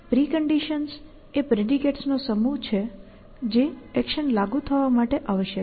preconditions એ predicates નો સમૂહ છે જે એક્શન લાગુ થવા માટે આવશ્યક છે